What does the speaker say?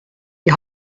die